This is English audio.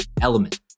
Element